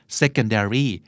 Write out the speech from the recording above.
secondary